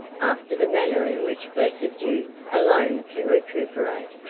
after the manner in which blessed youth alone can recuperate.